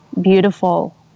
beautiful